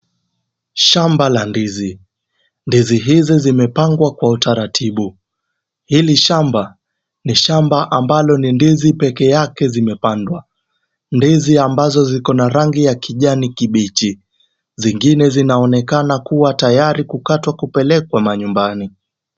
Shamba la ndizi. Ndizi hizi zimepangwa kwa utaratibu. Hili shamba ni shamba ambalo ni ndizi peke yake zimepandwa, ndizi ambazo zikona rangi ya kijani kibichi. Zingine zinaonekana kuwa tayari kukatwa kupelekwa manyumbani.